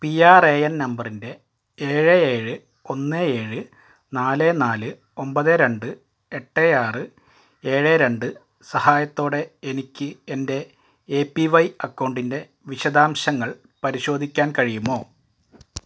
P R A N നമ്പറിൻ്റെ ഏഴ് ഏഴ് ഒന്ന് ഏഴ് നാല് നാല് ഒമ്പത് രണ്ട് എട്ട് ആറ് ഏഴ് രണ്ട് സഹായത്തോടെ എനിക്ക് എൻ്റെ എ പി വൈ അക്കൗണ്ടിൻ്റെ വിശദാംശങ്ങൾ പരിശോധിക്കാൻ കഴിയുമോ